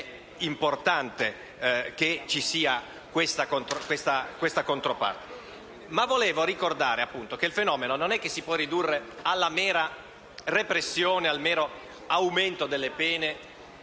importante che ci sia questa controparte. Vorrei ricordare che il fenomeno non può essere ridotto alla mera repressione o al mero aumento delle pene